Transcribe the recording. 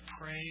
pray